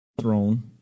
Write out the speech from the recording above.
throne